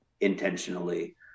intentionally